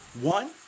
One